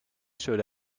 showed